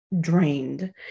drained